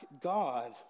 God